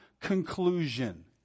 conclusion